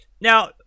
now